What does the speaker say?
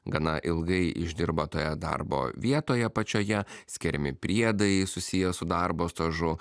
gana ilgai išdirba toje darbo vietoje pačioje skiriami priedai susiję su darbo stažu